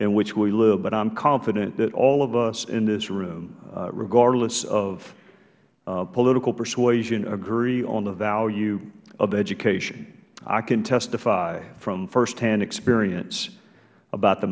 in which we live but i am confident that all of us in this room regardless of political persuasion agree on the value of education i can testify from firsthand experience about the